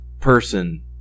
person